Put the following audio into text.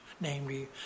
Namely